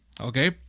okay